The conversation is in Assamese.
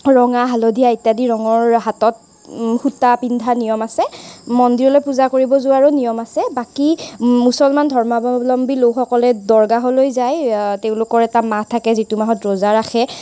ৰঙা হালধীয়া ইত্যাদি ৰঙৰ হাতত সূতা পিন্ধা নিয়ম আছে মন্দিৰলৈ পূজা কৰিবলৈ যোৱাৰো নিয়ম আছে বাকী মুছলমান ধৰ্মাৱলম্বী লোকসকলে দৰগাহলৈ যায় তেওঁলোকৰ এটা মাহ থাকে যিটো মাহত ৰোজা ৰাখে